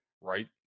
Right